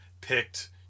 picked